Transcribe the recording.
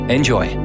enjoy